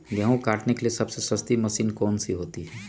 गेंहू काटने के लिए सबसे सस्ती मशीन कौन सी होती है?